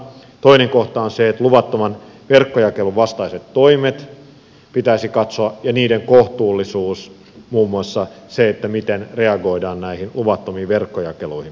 toinen kohta on se että luvattoman verkkojakelun vastaiset toimet ja niiden kohtuullisuus pitäisi katsoa muun muassa se miten reagoidaan näihin luvattomiin verkkojakeluihin